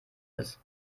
ist